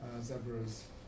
zebras